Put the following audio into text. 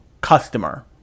customer